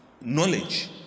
Knowledge